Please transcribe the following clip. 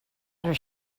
where